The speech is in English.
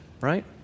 right